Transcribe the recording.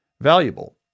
valuable